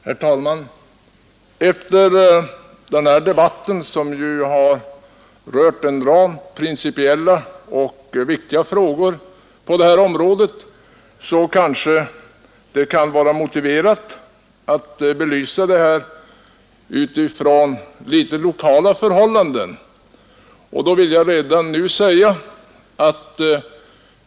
Herr talman! Efter den här debatten, som ju har rört en rad principiella och viktiga frågor på detta område, kanske det kan vara motiverat att belysa problemen utifrån lokala förhållanden.